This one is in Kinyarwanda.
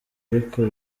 ariko